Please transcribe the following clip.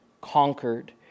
conquered